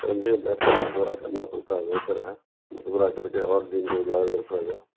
ایک جگہ بیٹھ کے مشورہ کرنا پڑتا ہے بہتر ہے مشورہ کر کے اور دین کو اجاگر رکھا جائے